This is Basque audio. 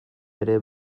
ere